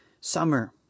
Summer